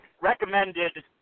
recommended